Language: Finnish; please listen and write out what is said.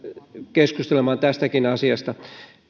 keskustelemaan tästäkin asiasta